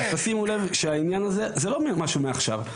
תשימו לב שהעניין הזה זה לא משהו מעכשיו.